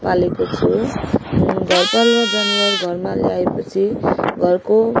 पालेको छु घरपालुवा जनावर घरमा ल्याएपछि घरको